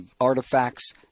artifacts